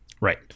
Right